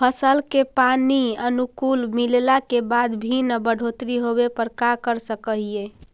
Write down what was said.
फसल के पानी अनुकुल मिलला के बाद भी न बढ़ोतरी होवे पर का कर सक हिय?